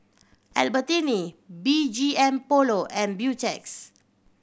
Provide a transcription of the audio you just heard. Albertini B G M Polo and Beautex